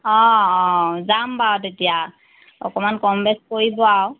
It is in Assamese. অঁ যাম বাৰু তেতিয়া অকণমান কম বেছ কৰিব আৰু